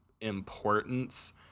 importance